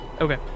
Okay